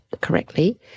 correctly